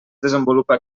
desenvolupa